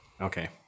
Okay